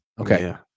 Okay